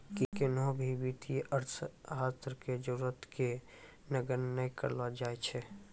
किन्हो भी वित्तीय अर्थशास्त्र के जरूरत के नगण्य नै करलो जाय सकै छै